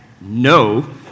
no